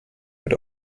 mit